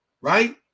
right